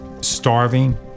starving